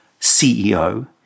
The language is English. ceo